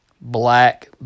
black